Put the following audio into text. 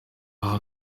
aho